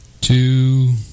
two